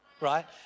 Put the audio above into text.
right